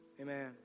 Amen